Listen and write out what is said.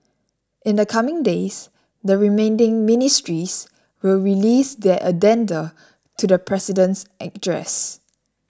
in the coming days the remaining ministries will release their addenda to the President's address